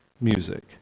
music